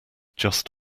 just